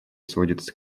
сводится